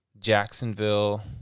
Jacksonville